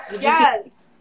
Yes